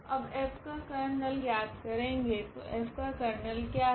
अब F का kernel ज्ञात करेगे तो F का कर्नेल क्या था